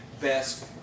best